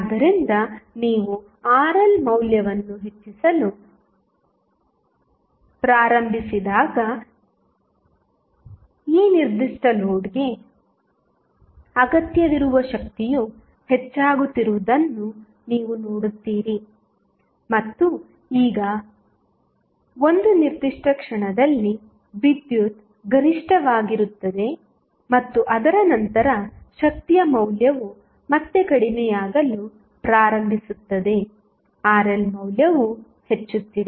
ಆದ್ದರಿಂದ ನೀವು RL ಮೌಲ್ಯವನ್ನು ಹೆಚ್ಚಿಸಲು ಪ್ರಾರಂಭಿಸಿದಾಗ ಈ ನಿರ್ದಿಷ್ಟ ಲೋಡ್ಗೆ ಅಗತ್ಯವಿರುವ ಶಕ್ತಿಯು ಹೆಚ್ಚಾಗುತ್ತಿರುವುದನ್ನು ನೀವು ನೋಡುತ್ತೀರಿ ಮತ್ತು ಈಗ ಒಂದು ನಿರ್ದಿಷ್ಟ ಕ್ಷಣದಲ್ಲಿ ವಿದ್ಯುತ್ ಗರಿಷ್ಠವಾಗಿರುತ್ತದೆ ಮತ್ತು ಅದರ ನಂತರ ಶಕ್ತಿಯ ಮೌಲ್ಯವು ಮತ್ತೆ ಕಡಿಮೆಯಾಗಲು ಪ್ರಾರಂಭಿಸುತ್ತದೆ RL ಮೌಲ್ಯವು ಹೆಚ್ಚುತ್ತಿದೆ